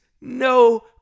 No